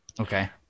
okay